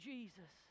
Jesus